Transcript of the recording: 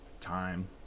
time